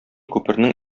күпернең